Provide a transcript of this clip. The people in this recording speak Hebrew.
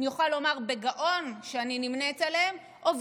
אני אוכל לומר בגאון שאני נמנית עימם,